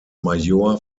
major